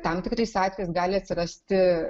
tam tikrais atvejais gali atsirasti